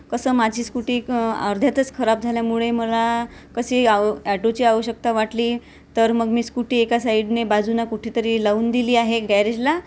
कसं माझी स्कूटी अर्ध्यातच खराब झाल्यामुळे मला कसे यावं ॲटोची आवश्यकता वाटली तर मग मी स्कूटी एका साईडने बाजूना कुठेतरी लावून दिली आहे गॅरेजला